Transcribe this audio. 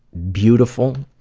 beautiful